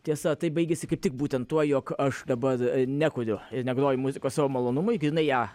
tiesa tai baigėsi kaip tik būtent tuo jog aš dabar nekuriu ir negroju muzikos savo malonumui grynai ją